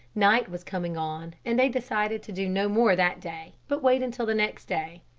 night was coming on and they decided to do no more that day, but wait until the next day.